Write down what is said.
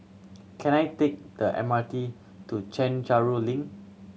can I take the M R T to Chencharu Link